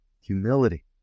humility